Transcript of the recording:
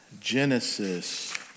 Genesis